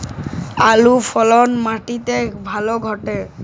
আলুর ফলন মাটি তে ভালো ঘটে?